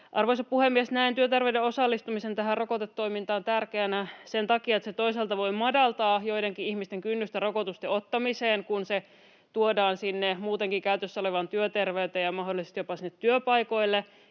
Arvoisa puhemies! Näen työterveyden osallistumisen tähän rokotetoimintaan tärkeänä sen takia, että se toisaalta voi madaltaa joidenkin ihmisten kynnystä rokotusten ottamiseen, kun se tuodaan sinne muutenkin käytössä olevaan työterveyteen ja mahdollisesti jopa sinne työpaikoille,